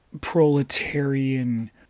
proletarian